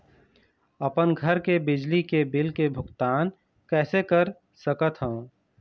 अपन घर के बिजली के बिल के भुगतान कैसे कर सकत हव?